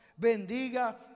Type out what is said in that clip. bendiga